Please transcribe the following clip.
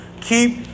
keep